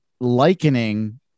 likening